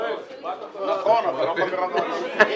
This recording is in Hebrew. הישיבה ננעלה בשעה 23:38.